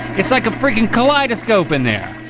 it's like a frickin' kaleidoscope in there.